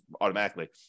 automatically